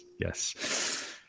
Yes